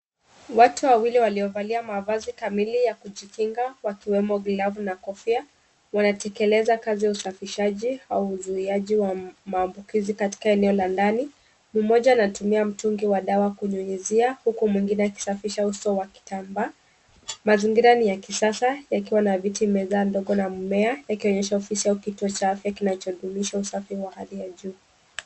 Watu wawili waliovaa mavazi kamili ya kujikinga ikiwemo glavu na kofia wakitekeleza kazi ya usafishaji au uzuiaji wa maambukizi katika eneo la ndani. Mmoja anatumia mtungi wa dawa kunyunyiza huku mwingine akisafisha uso wake kwa kitambaa. Mazingira ni ya kisasa yakiwa na viti, meza ndogo mmea yakionyesha ofisi au kituo cha afya kinacho dumisha usafi wa hali ya juu.